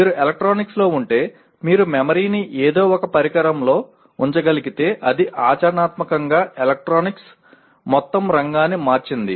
మీరు ఎలక్ట్రానిక్స్లో ఉంటే మీరు మెమరీని ఏదో ఒక పరికరంలో ఉంచగలిగితే అది ఆచరణాత్మకంగా ఎలక్ట్రానిక్స్ మొత్తం రంగాన్ని మార్చింది